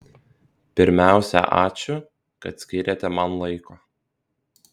pirmiausia ačiū kad skyrėte man laiko